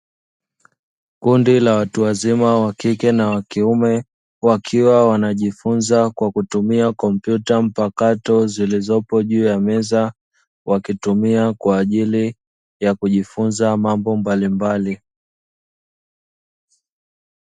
Kundi la watu wazima (wa kike na wa kiume) wakiwa wanajifunza kwa kutumia kompyuta mpakato zilizopo juu ya meza, wakitumia kwa ajili ya kujifunza mambo mbalimbali.